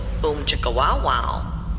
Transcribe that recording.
boom-chicka-wow-wow